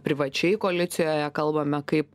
privačiai koalicijoje kalbame kaip